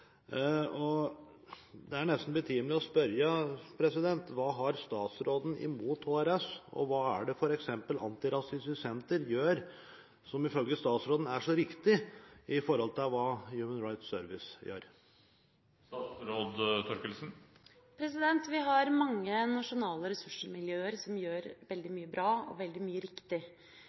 bevilgninger. Det er nesten betimelig å spørre: Hva har statsråden imot HRS, og hva er det f.eks. Antirasistisk Senter gjør som ifølge statsråden er så riktig i forhold til hva Human Rights Service gjør? Vi har mange nasjonale ressursmiljøer som gjør veldig mye bra og veldig mye riktig.